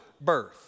birth